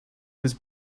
was